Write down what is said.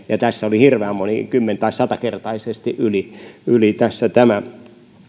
ja tässä tämä oli hirveästi kymmen tai satakertaisesti yli yli